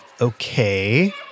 okay